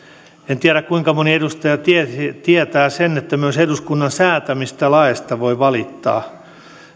en tiedä kuinka moni edustaja tietää sen että myös eduskunnan säätämistä laeista voi valittaa